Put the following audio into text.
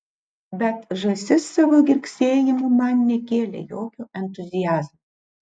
bet žąsis savo girgsėjimu man nekėlė jokio entuziazmo